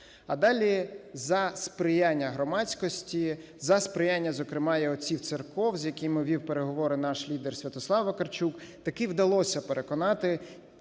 А далі за сприяння громадськості, за сприяння зокрема і оцих церков, з якими вів переговори наш лідер Святослав Вакарчук, таки вдалося переконати